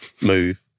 move